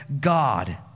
God